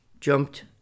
jumped